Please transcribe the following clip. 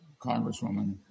Congresswoman